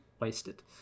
wasted